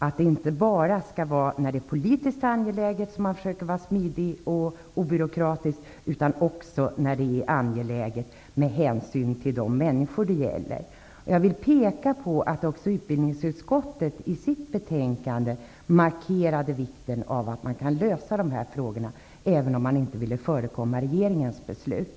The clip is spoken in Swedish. Det är inte bara när det är politiskt angeläget som man skall vara smidig och obyråkratisk, utan också när det är angeläget med hänsyn till de människor som berörs. Jag vill peka på att utbildningsutskottet i sitt betänkande har markerat vikten av att lösa dessa problem, även om utskottet inte vill förekomma regeringens beslut.